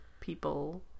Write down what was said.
people